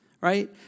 Right